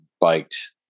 biked